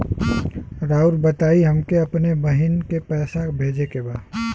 राउर बताई हमके अपने बहिन के पैसा भेजे के बा?